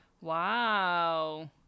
Wow